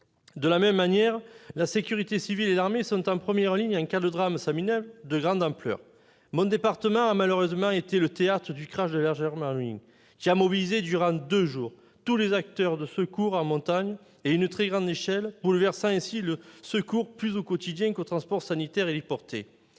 De la même manière, la sécurité civile et l'armée sont en première ligne en cas de drame sanitaire de grande ampleur. Mon département a malheureusement été le théâtre du crash de la Germanwings qui a mobilisé, durant de nombreux jours, tous les acteurs de secours en montagne, à une très grande échelle, bouleversant aussi le recours plus quotidien au transport sanitaire héliporté.